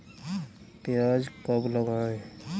प्याज कब लगाएँ?